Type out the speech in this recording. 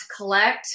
collect